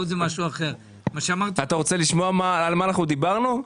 אתה רוצה לשמוע על מה אנחנו דיברנו?